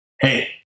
Hey